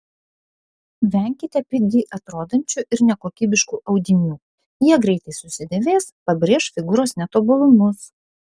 venkite pigiai atrodančių ir nekokybiškų audinių jie greitai susidėvės pabrėš figūros netobulumus